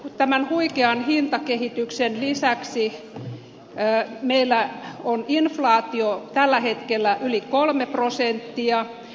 tämän huikean hintakehityksen lisäksi meillä on inflaatio tällä hetkellä yli kolme prosenttia